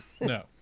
No